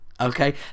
Okay